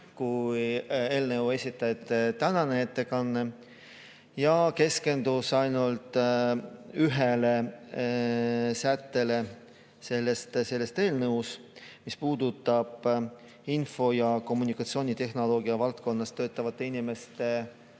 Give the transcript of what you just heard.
kui eelnõu esitajate tänane ettekanne ja keskendus ainult ühele sättele selles eelnõus, mis puudutab info‑ ja kommunikatsioonitehnoloogia valdkonnas töötavate inimeste